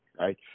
right